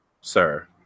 sir